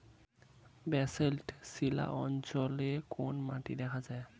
Basalt শিলা অঞ্চলে কোন মাটি দেখা যায়?